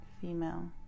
female